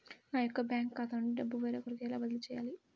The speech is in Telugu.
నా యొక్క బ్యాంకు ఖాతా నుండి డబ్బు వేరొకరికి ఎలా బదిలీ చేయాలి?